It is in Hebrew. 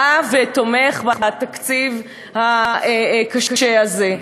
שבא ותומך בתקציב הקשה הזה.